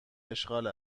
اشغال